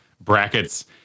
brackets